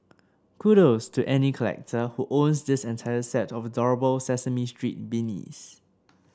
kudos to any collector who owns this entire set of adorable Sesame Street beanies